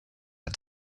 had